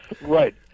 Right